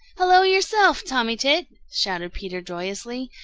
hello yourself, tommy tit! shouted peter joyously.